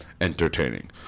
Entertaining